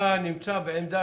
הוא לא נמצא